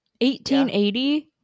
1880